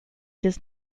does